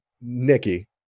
Nikki